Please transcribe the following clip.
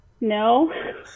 No